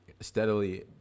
steadily